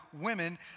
women